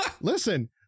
listen